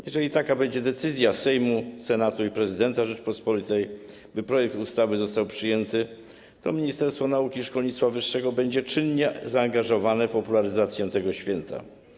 Jeżeli taka będzie decyzja Sejmu, Senatu i prezydenta Rzeczypospolitej, by projekt ustawy został przyjęty, to Ministerstwo Nauki i Szkolnictwa Wyższego będzie czynnie zaangażowane w popularyzację tego święta.